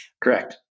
Correct